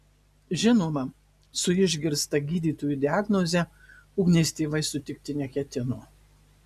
žinoma su išgirsta gydytojų diagnoze ugnės tėvai sutikti neketino